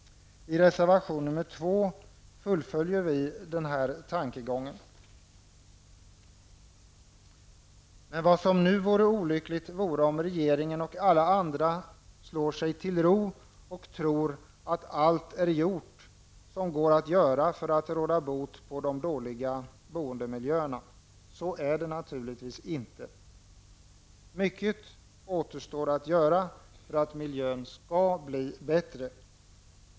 I reservation 2 fullföljer vi denna tankegång. Det vore emellertid olyckligt om regeringen och alla andra nu slår sig till ro och tror att allt är gjort som går att göra för att råda bot på de dåliga boendemiljöerna. Så är det naturligtvis inte. Mycket återstår att göra för att miljön skall bli bättre.